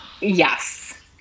Yes